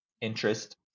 interest